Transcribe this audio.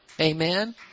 Amen